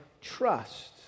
trust